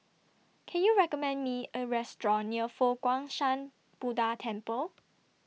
Can YOU recommend Me A Restaurant near Fo Guang Shan Buddha Temple